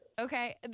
Okay